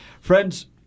friends